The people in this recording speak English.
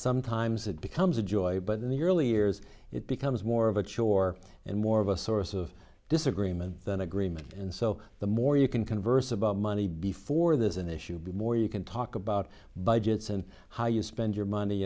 sometimes it becomes a joy but in the early years it becomes more of a chore and more of a source of disagreement than agreement and so the more you can converse about money before there's an issue but more you can talk about budgets and how you spend your money